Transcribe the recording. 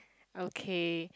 okay